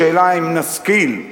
השאלה, אם נשכיל,